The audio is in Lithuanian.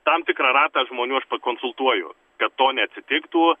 tam tikrą ratą žmonių aš pakonsultuoju kad to neatsitiktų